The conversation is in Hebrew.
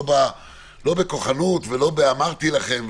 לא בכוחנות ולא באמרתי לכם,